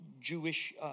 Jewish